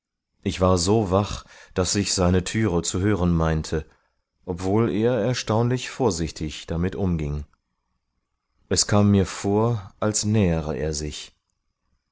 ich war so wach daß ich seine türe zu hören meinte obwohl er erstaunlich vorsichtig damit umging es kam mir vor als nähere er sich